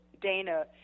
Dana